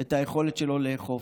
את היכולת שלו לאכוף.